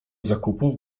zakupów